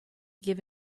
give